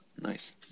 Nice